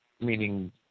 meaning